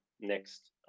next